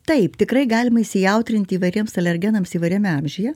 taip tikrai galima įsijautrinti įvairiems alergenams įvairiame amžiuje